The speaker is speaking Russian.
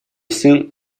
сын